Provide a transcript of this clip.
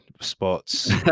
spots